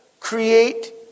create